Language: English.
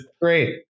Great